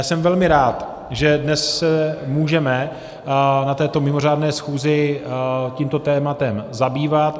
Jsem velmi rád, že se dnes můžeme na této mimořádné schůzi tímto tématem zabývat.